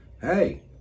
Hey